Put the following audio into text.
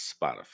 Spotify